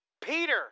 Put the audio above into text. Peter